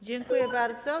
Dziękuję bardzo.